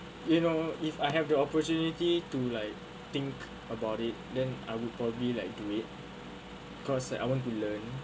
you know if I have the opportunity to like think about it then I will probably like do it cause I want to learn